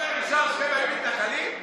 של המתנחלים?